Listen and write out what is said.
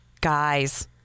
guys